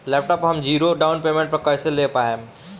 Laptop हम zero down payment पर कैसे ले पाएम?